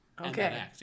Okay